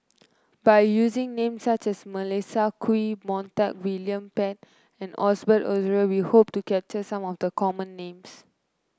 by using